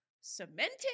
cemented